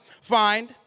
find